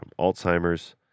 alzheimer's